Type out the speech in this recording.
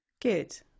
Good